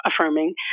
affirming